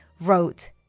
wrote